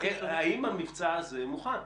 האם המבצע הזה מוכן?